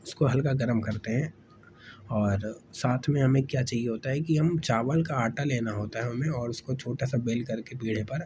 اس کو ہلکا گرم کرتے ہیں اور ساتھ میں ہمیں کیا چاہیے ہوتا کہ ہم چاول کا آٹا لینا ہوتا ہے ہمیں اور اس کو چھوٹا سا بیل کر کے پیڑھے پر